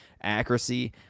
accuracy